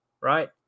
right